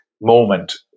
moment